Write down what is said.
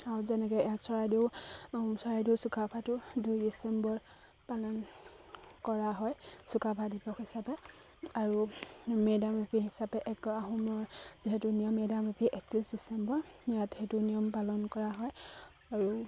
আৰু যেনেকৈ ইয়াত চৰাইদেউ চৰাইদেউ চুকাফাতো দুই ডিচেম্বৰ পালন কৰা হয় চুকাফা দিৱস হিচাপে আৰু মেদামমেফি হিচাপে এক আহোমৰ যিহেতু নিয়ম মেদামফি একত্ৰিছ ডিচেম্বৰ ইয়াত সেইটো নিয়ম পালন কৰা হয় আৰু